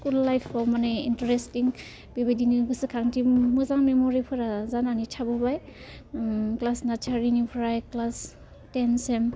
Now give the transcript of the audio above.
school लाइफआव माने interesting बेबायदिनो गोसोखांथि मोजां मेमरिफोरा जानानै थाबोबाय नार्चारिनिफ्राय क्लास टेनसिम